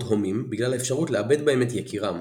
הומים בגלל האפשרות לאבד בהם את יקירם.